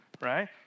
right